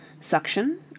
Suction